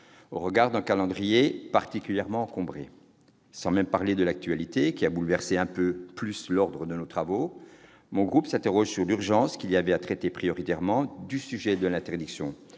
au regard du calendrier, particulièrement encombré, sans même parler de l'actualité, qui a bouleversé un peu plus encore l'organisation de nos travaux. Mon groupe s'interroge sur l'urgence qu'il y avait à traiter prioritairement du sujet de l'interdiction